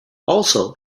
also